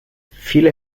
viele